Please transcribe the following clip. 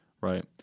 Right